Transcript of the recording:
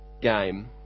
game